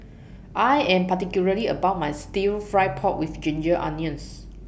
I Am particular about My Stir Fry Pork with Ginger Onions